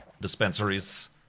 dispensaries